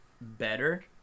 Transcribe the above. better